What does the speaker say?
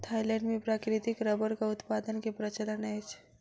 Thailand मे प्राकृतिक रबड़क उत्पादन के प्रचलन अछि